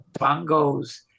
bongos